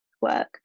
work